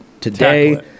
Today